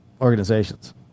organizations